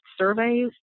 surveys